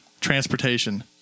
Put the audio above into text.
Transportation